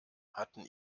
hatten